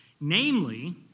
namely